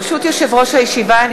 ברשות יושב-ראש הישיבה,